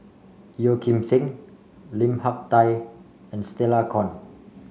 Yeo Kim Seng Lim Hak Tai and Stella Kon